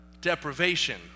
Deprivation